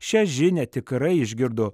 šią žinią tikrai išgirdo